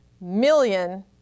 million